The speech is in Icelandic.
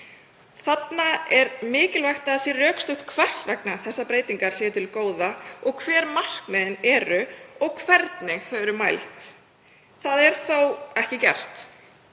Þarna er mikilvægt að það sé rökstutt hvers vegna þessar breytingar eru til góða og hver markmiðin eru og hvernig þau eru mæld. Það er ekki gert.